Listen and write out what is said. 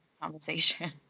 conversation